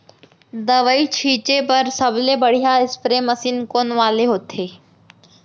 दवई छिंचे बर सबले बढ़िया स्प्रे मशीन कोन वाले होथे?